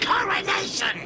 coronation